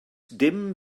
dim